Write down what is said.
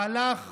מהלך